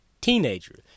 teenager